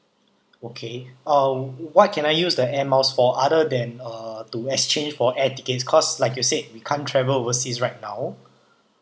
okay uh what can I use the air miles for other than uh to exchange for air tickets cause like you said we can't travel overseas right now